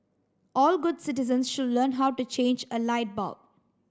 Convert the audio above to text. all good citizens should learn how to change a light bulb